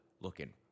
looking